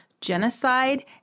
genocide